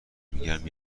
میگم